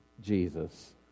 Jesus